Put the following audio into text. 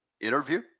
interview